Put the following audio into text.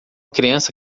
criança